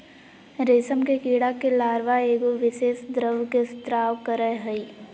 रेशम के कीड़ा के लार्वा एगो विशेष द्रव के स्त्राव करय हइ